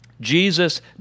Jesus